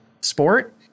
sport